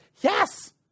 yes